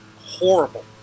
horrible